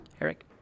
Eric